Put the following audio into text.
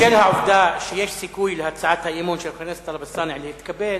בשל העובדה שיש סיכוי להצעת האי-אמון של חבר הכנסת טלב אלסאנע להתקבל,